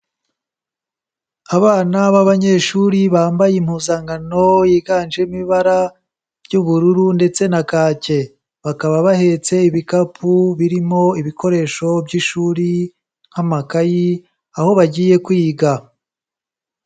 Abana b'abanyeshuri bambaye impuzankano yiganjemo ibara ry'ubururu ndetse na kake, bakaba bahetse ibikapu birimo ibikoresho by'ishuri nk'amakayi, aho bagiye kwiga.